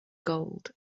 gold